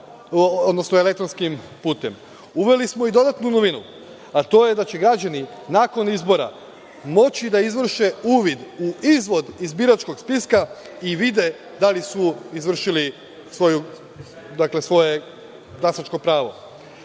urade u elektronskim putem. Uveli smo i dodatnu novinu, a to je da će građani nakon izbora moći da izvrše uvid u izvod iz biračkog spiska i vide da li su izvršili svoje glasačko pravo. Dalje,